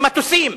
במטוסים.